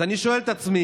אז אני שואל את עצמי: